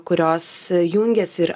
kurios jungiasi ir